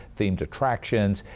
themed attractions.